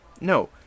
No